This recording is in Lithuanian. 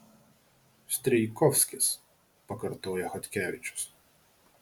strijkovskis pakartoja chodkevičius